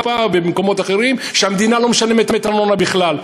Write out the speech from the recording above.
ובמקומות אחרים שבהם המדינה לא משלמת ארנונה בכלל.